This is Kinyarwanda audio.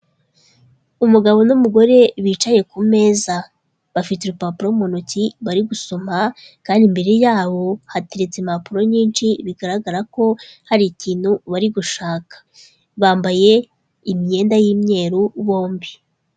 Umugabo n'umugore bicaye ku meza bafite urupapuro mu ntoki bari gusoma, kandi imbere yabo hateretse impapuro nyinshi bigaragara ko hari ikintu bari gushaka. Bambaye imyenda y'imyeru bombi.